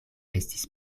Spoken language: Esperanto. estis